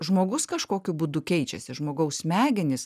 žmogus kažkokiu būdu keičiasi žmogaus smegenys